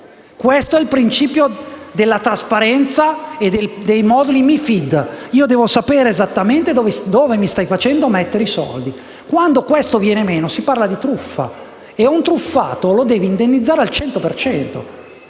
Questo è il principio della trasparenza e dei moduli MiFID: io devo sapere esattamente dove mi stai facendo mettere i soldi. Quando questo viene meno, si parla di truffa, e un truffato va indennizzato al cento